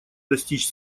достичь